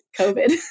COVID